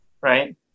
right